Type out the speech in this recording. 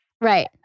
Right